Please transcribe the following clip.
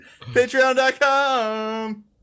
Patreon.com